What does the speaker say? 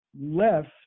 left